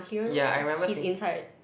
ya I remember seeing